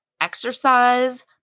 exercise